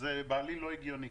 שזה בעליל לא הגיוני.